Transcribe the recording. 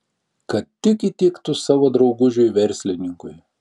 kad tik įtiktų savo draugužiui verslininkui